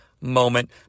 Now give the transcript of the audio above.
moment